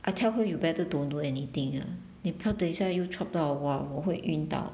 I tell her you better don't do anything uh 你不等一下又 chop 到 !wah! 我会晕倒